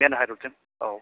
मेन हाइरडजों औ